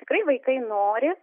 tikrai vaikai nori